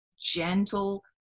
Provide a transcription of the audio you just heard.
gentle